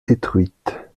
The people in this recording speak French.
détruite